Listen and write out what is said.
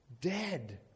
dead